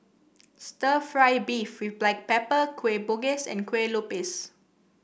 stir fry beef with Black Pepper Kueh Bugis and Kue Lupis